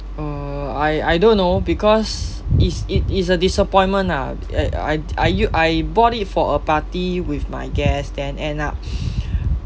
uh I I don't know because is it is a disappointment ah uh I I u~ I bought it for a party with my guest then end up